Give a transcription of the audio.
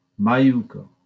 Mayuko